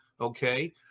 Okay